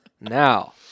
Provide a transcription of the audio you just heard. now